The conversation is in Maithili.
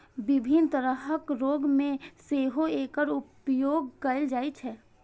विभिन्न तरहक रोग मे सेहो एकर उपयोग कैल जाइ छै